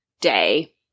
day